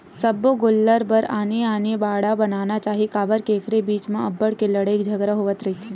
सब्बो गोल्लर बर आने आने बाड़ा बनाना चाही काबर के एखर बीच म अब्बड़ के लड़ई झगरा होवत रहिथे